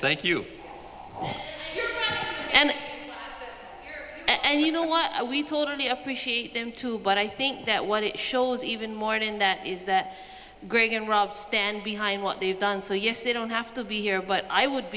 thank you and and you know what we totally appreciate them too but i think that what it shows even mourning that is that greg and rob stand behind what they've done so yes they don't have to be here but i would